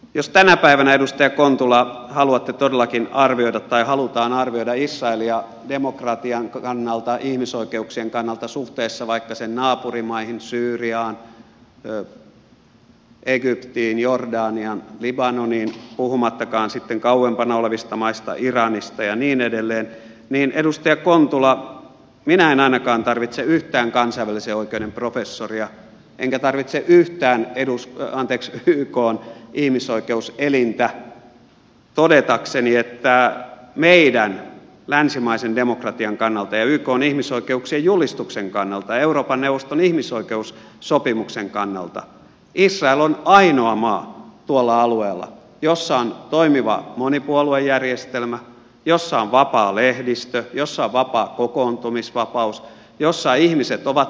jos tänä päivänä edustaja kontula haluatte todellakin arvioida tai halutaan arvioida israelia demokratian kannalta ihmisoikeuksien kannalta suhteessa vaikka sen naapurimaihin syyriaan egyptiin jordaniaan ja libanoniin puhumattakaan sitten kauempana olevista maista iranista ja niin edelleen niin edustaja kontula minä en ainakaan tarvitse yhtään kansainvälisen oikeuden professoria enkä yhtään ykn ihmisoikeuselintä todetakseni että meidän länsimaisen demokratian kannalta ykn ihmisoikeuksien julistuksen kannalta ja euroopan neuvoston ihmisoikeussopimuksen kannalta israel on tuolla alueella ainoa maa jossa on toimiva monipuoluejärjestelmä jossa on vapaa lehdistö jossa on kokoontumisvapaus jossa ihmiset ovat vapaita